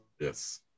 Yes